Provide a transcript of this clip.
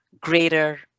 greater